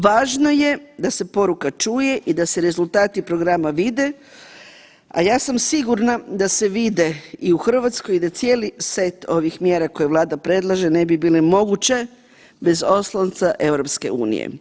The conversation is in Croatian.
Važno je da se poruka čuje i da se rezultati programa vide, a ja sam sigurna da se vide i u Hrvatskoj i da cijeli set ovih mjera koje Vlada predlaže ne bi bile moguće bez oslonca EU.